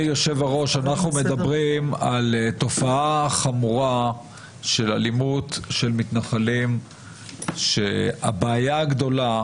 אנחנו מדברים על תופעה חמורה של אלימות של מתנחלים שהבעיה הגדולה,